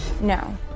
No